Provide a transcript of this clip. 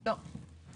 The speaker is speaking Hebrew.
לא,